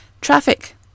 traffic